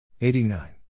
89